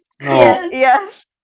Yes